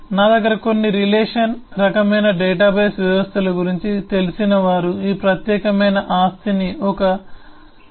నా దగ్గర కొన్ని రిలేషనల్ రకమైన డేటాబేస్ వ్యవస్థల గురించి తెలిసిన వారు ఈ ప్రత్యేకమైన ఆస్తిని ఒక కీగా గుర్తిస్తారు